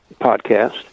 podcast